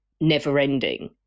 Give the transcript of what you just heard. never-ending